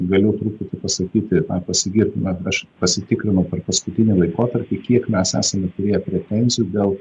galiu truputį pasakyti pasigirti na aš pasitikrinau per paskutinį laikotarpį kiek mes esam turėję pretenzijų dėl